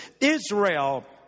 Israel